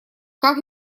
как